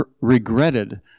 regretted